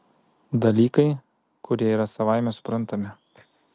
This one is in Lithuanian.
dalykai kurie yra savaime suprantami